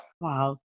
Wow